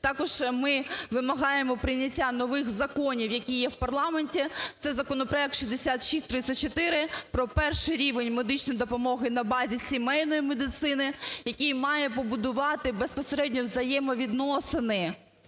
Також ми вимагаємо прийняття нових законів, які є в парламенті – це законопроект 6634 – про перший рівень медичної допомоги на базі сімейної медицини, який має побудувати безпосередньо взаємовідносини